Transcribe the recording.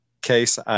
Case